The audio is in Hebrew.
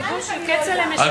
הציבור שכצל'ה משרת, רבותי.